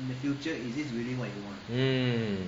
mm